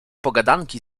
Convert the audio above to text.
pogadanki